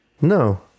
No